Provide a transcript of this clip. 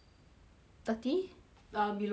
thirty uh below below